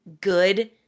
good